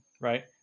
right